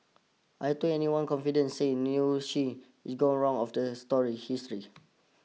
I don't anyone confident say she of the story history